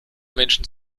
menschen